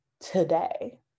today